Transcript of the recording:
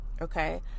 Okay